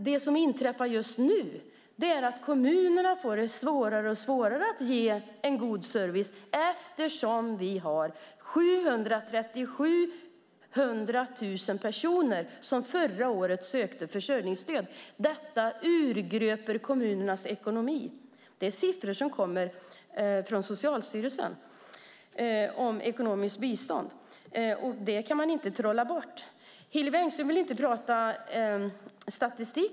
Det som inträffar just nu är att kommunerna får allt svårare att ge en god service eftersom vi har 437 000 personer som förra året sökte försörjningsstöd. Detta urgröper kommunernas ekonomi. Det är siffror som kommer från Socialstyrelsen om ekonomiskt bistånd. Det kan man inte trolla bort. Hillevi Engström ville inte prata statistik.